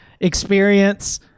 experience